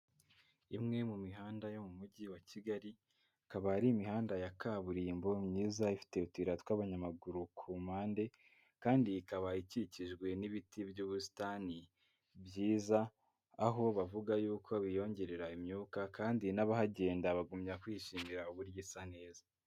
Imwe mu mihanda yo mu mujyi wa Kigali ikaba ari imihanda ya kaburimbo myiza ifiteye utuyira tw'abanyamaguru ku mpande kandi ikaba ikikijwe n'ibiti by'ubusitani byiza aho bavuga yuko biyongerera imyuka kandi n'abahagenda bagumya kwishimira uburyo isa neza.